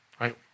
right